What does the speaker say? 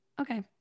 Okay